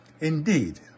indeed